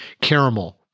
Caramel